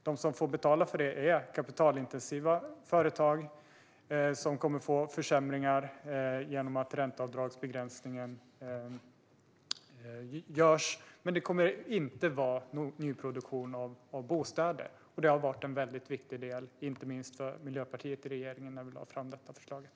De som får betala för det är kapitalintensiva företag, som kommer att få försämringar genom att ränteavdragsbegränsningen görs, men det kommer inte att gälla nyproduktion av bostäder. Det var en viktig del, inte minst för Miljöpartiet i regeringen, när vi lade fram förslaget.